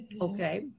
Okay